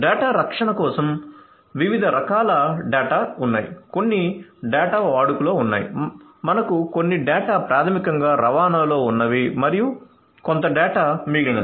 data రక్షణ కోసం వివిధ రకాల డేటా ఉన్నాయి కొన్ని డేటా వాడుకలో ఉన్నాయి మనకు కొన్ని డేటా ప్రాథమికంగా రవాణాలో ఉన్నవి మరియు కొంత డేటా మిగిలినది